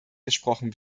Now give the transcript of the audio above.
gesprochen